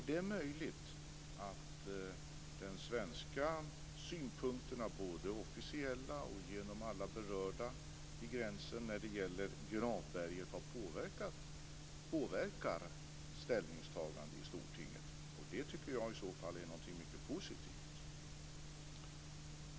Det är möjligt att de svenska synpunkterna, både de officiella och från alla berörda vid gränser, när det gäller Gravberget påverkar ställningstagandena i Stortinget. Det tycker jag i så fall är någonting mycket positivt.